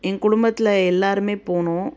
என் குடும்பத்தில் எல்லாேருமே போனோம்